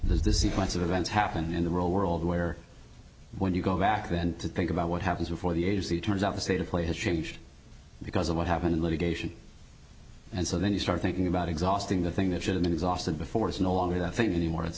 the sequence of events happen in the real world where when you go back then to think about what happens before the agency turns out the state of play has changed because of what happened in litigation and so then you start thinking about exhausting the thing that should have been exhausted before it's no longer that i think anymore it's